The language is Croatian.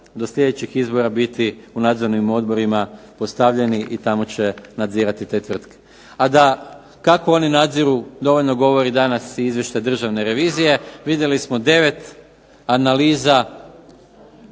do sljedećih izbora biti u nadzornim odborima postavljeni i tamo će nadzirati te tvrtke. Kako oni nadziru dovoljno govori danas i izvještaj Državne revizije. Vidjeli smo devet analiza